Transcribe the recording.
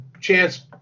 chance